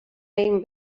behin